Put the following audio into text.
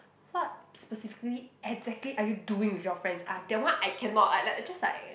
what specifically exactly are you doing with your friends ah that one I cannot I like I just like